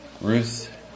Ruth